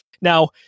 Now